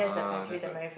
ah that's the